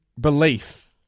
belief